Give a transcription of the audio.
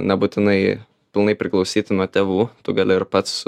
nebūtinai pilnai priklausyti nuo tėvų tu gali ir pats